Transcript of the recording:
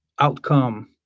outcome